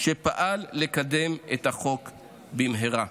שפעל לקדם את החוק במהרה.